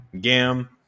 Gam